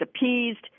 appeased